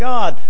God